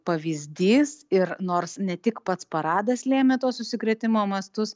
pavyzdys ir nors ne tik pats paradas lėmė tuos užsikrėtimo mastus